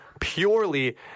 purely